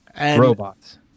Robots